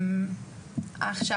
עכשיו,